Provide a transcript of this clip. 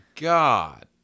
God